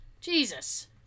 Jesus